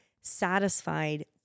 satisfied